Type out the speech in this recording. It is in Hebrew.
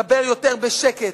דבר יותר בשקט.